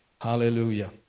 Hallelujah